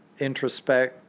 introspect